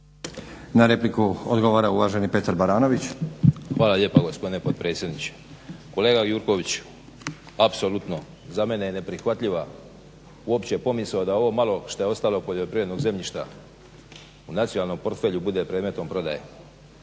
Na repliku odgovara uvaženi Petar Baranović. **Baranović, Petar (HNS)** Hvala lijepo gospodine potpredsjedniče. Kolega Gjurkoviću apsolutno za mene je neprihvatljiva uopće pomisao da ovo malo što je ostalo poljoprivrednog zemljišta u nacionalnom portfelju bude predmetom prodaje.